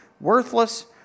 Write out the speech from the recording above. worthless